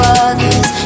others